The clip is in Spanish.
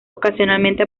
ocasionalmente